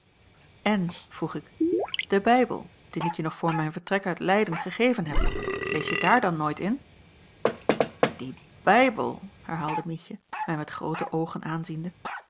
en vroeg ik de bijbel dien ik je nog voor mijn vertrek uit leyden gegeven heb lees je daar dan nooit in die bijbel herhaalde mietje mij met groote oogen aanziende